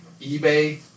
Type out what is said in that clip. eBay